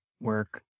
work